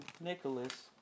Nicholas